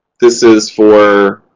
this is for